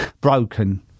broken